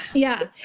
yeah,